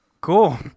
Cool